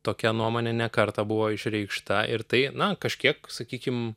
tokia nuomonė ne kartą buvo išreikšta ir tai na kažkiek sakykim